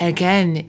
Again